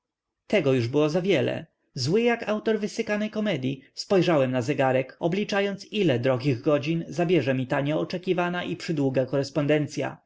tego już było za wiele zły jak autor wysykanej komedyi spojrzałem na zegarek obliczając ile drogich godzin zabierze mi ta nieoczekiwana i przydługa korespondencya